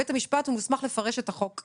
בית המשפט, הוא מוסמך לפרש את החוק.